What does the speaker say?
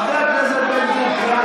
שב בבקשה במקומך.